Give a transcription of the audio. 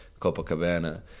Copacabana